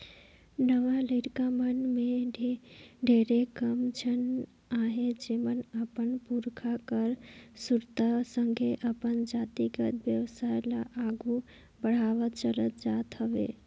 नावा लरिका मन में ढेरे कम झन अहें जेमन अपन पुरखा कर सुरता संघे अपन जातिगत बेवसाय ल आघु बढ़ावत चले जात अहें